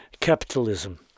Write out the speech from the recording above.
capitalism